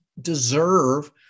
deserve